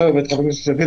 חברת הכנסת שקד,